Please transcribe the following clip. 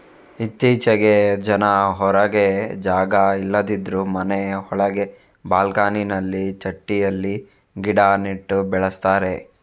ಇತ್ತೀಚೆಗೆ ಜನ ಹೊರಗೆ ಜಾಗ ಇಲ್ಲದಿದ್ರೂ ಮನೆ ಒಳಗೆ ಬಾಲ್ಕನಿನಲ್ಲಿ ಚಟ್ಟಿಯಲ್ಲಿ ಗಿಡ ನೆಟ್ಟು ಬೆಳೆಸ್ತಾರೆ